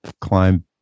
climb